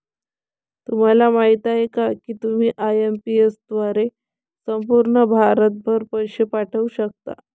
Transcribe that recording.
तुम्हाला माहिती आहे का की तुम्ही आय.एम.पी.एस द्वारे संपूर्ण भारतभर पैसे पाठवू शकता